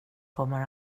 kommer